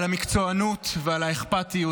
על המקצוענות ועל האכפתיות,